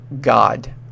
God